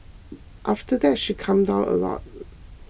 after that she calmed down a lot